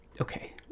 Okay